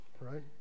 right